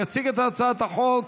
יציג את הצעת החוק